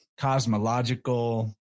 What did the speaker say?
cosmological